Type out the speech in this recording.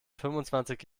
fünfundzwanzig